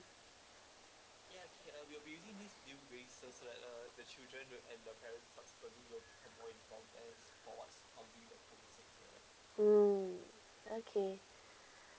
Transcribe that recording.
mm okay